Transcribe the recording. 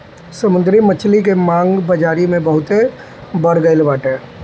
समुंदरी मछरी के मांग बाजारी में बहुते बढ़ गईल बाटे